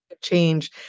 change